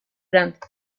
brant